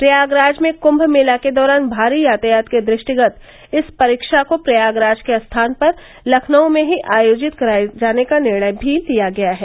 प्रयागराज में कुम्म मेला के दौरान भारी यातायात के दृष्टिगत इस परीक्षा को प्रयागराज के स्थान पर लखनऊ में ही आयोजित कराए जाने का निर्णय भी लिया गया है